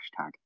hashtag